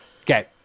okay